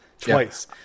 twice